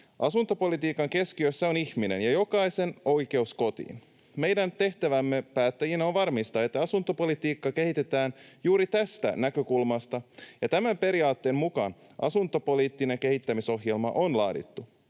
Asuntopolitiikan keskiössä on ihminen ja jokaisen oikeus kotiin. Meidän tehtävämme päättäjinä on varmistaa, että asuntopolitiikkaa kehitetään juuri tästä näkökulmasta, ja tämän periaatteen mukaan asuntopoliittinen kehittämisohjelma on laadittu.